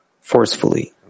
forcefully